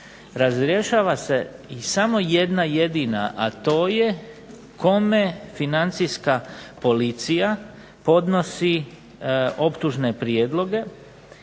Razrješava se i samo jedna jedina, a to je kome Financijska policija podnosi optužne prijedloge